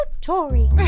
Tory